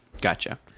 Gotcha